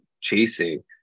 chasing